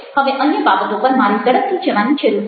હવે અન્ય બાબતો પર મારે ઝડપથી જવાની જરૂર છે